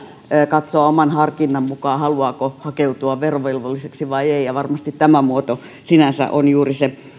katsoa oman harkinnan mukaan haluaako hakeutua verovelvolliseksi vai ei ja varmasti tämä muoto sinänsä on juuri se